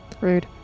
Rude